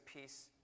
peace